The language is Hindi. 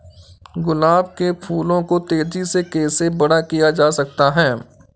गुलाब के फूलों को तेजी से कैसे बड़ा किया जा सकता है?